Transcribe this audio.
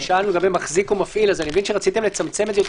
לגבי מחזיק או מפעיל אני מבין שרציתם לצמצם את זה.